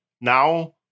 Now